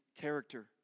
character